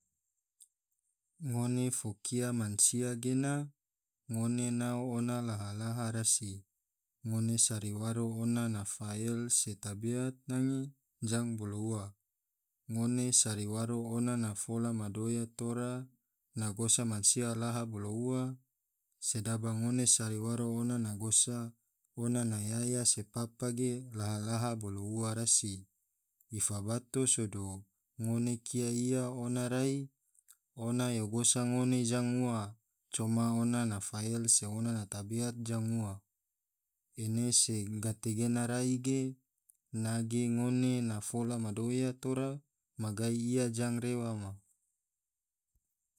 Ngone fo kia mansia ge na ngone nao ona laha-laha rasi ngone sari waro ona na fael se tabeat nange jang bolo ua ngone sari waro ona na fola madoya tora na gosa mansia laha bolo ua, sedaba ngone sari waro ona na gosa ona na yaya se papa ge laha-laha bolo ua rasi, ifa bato sado ngone kia ia ona rai ona yo gosa ngone jang ua, coma ona na fael se ona tabeat jang ua ene se gate gena rai ge nage ngone na fola madoya tora ma gai ia jang rewa ma.